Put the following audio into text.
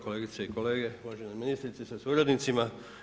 Kolegice i kolege, uvažena ministrice sa suradnicima.